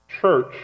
church